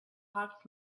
hawks